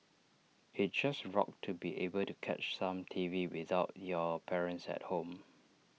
IT just rocked to be able to catch some T V without your parents at home